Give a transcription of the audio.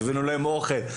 והבאנו להם אוכל.